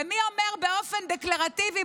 ומי אומר באופן דקלרטיבי,